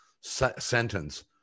sentence